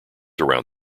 around